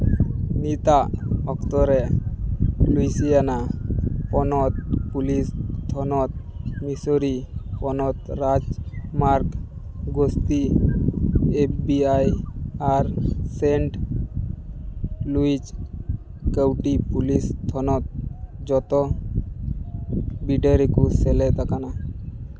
ᱱᱤᱛ ᱟᱜ ᱚᱠᱛᱚ ᱨᱮ ᱞᱩᱭᱥᱤᱭᱟᱱᱟ ᱯᱚᱱᱚᱛ ᱯᱩᱞᱤᱥ ᱛᱷᱚᱱᱚᱛ ᱢᱤᱥᱳᱨᱤ ᱯᱚᱱᱚᱛ ᱨᱟᱡᱽ ᱢᱟᱜᱽ ᱜᱳᱥᱛᱤ ᱮᱯᱷ ᱵᱤ ᱟᱭ ᱟᱨ ᱥᱮᱱᱴ ᱱᱚᱭᱮᱡᱽ ᱠᱟᱹᱣᱰᱤ ᱯᱩᱞᱤᱥ ᱛᱷᱚᱱᱚᱛ ᱡᱚᱛᱚ ᱵᱤᱰᱟᱹᱣ ᱨᱮᱠᱚ ᱥᱮᱞᱮᱫ ᱟᱠᱟᱱᱟ